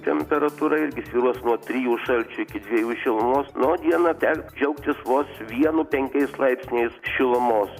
temperatūra irgi svyruos nuo trijų šalčio iki dviejų šilumos na o dieną teks džiaugtis vos vienu penkiais laipsniais šilumos